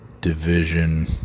division